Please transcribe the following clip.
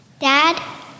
Dad